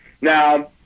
Now